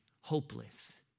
hopeless